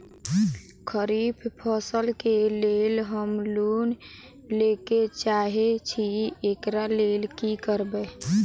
खरीफ फसल केँ लेल हम लोन लैके चाहै छी एकरा लेल की करबै?